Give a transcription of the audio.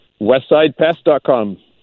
WestsidePest.com